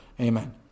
amen